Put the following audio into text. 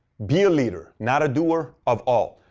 be a leader, not a doer of all.